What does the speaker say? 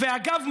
ואגב,